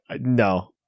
No